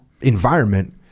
environment